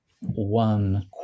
one